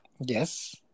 Yes